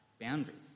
boundaries